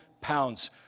pounds